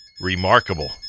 remarkable